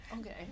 okay